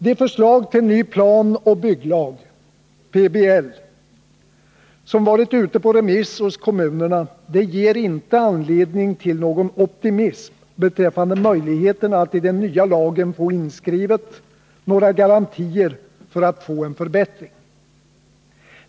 Det förslag till ny planoch bygglag som varit ute på remiss hos kommunerna ger inte anledning till någon optimism beträffande möjligheterna att i den nya lagen få inskrivet några garantier för en förbättring.